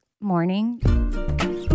morning